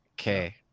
Okay